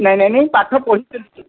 ନାଇଁ ନାଇଁ ନାଇଁ ପାଠ ପଢ଼ିଛନ୍ତି